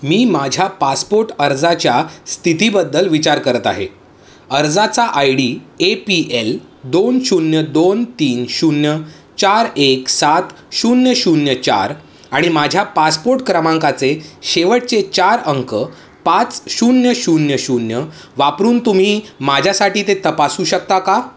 मी माझ्या पासपोर्ट अर्जाच्या स्थितीबद्दल विचार करत आहे अर्जाचा I D A P L दोन शून्य दोन तीन शून्य चार एक सात शून्य शून्य चार आणि माझ्या पासपोर्ट क्रमांकाचे शेवटचे चार अंक पाच शून्य शून्य शून्य वापरून तुम्ही माझ्यासाठी ते तपासू शकता का